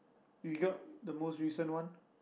you got the most recent one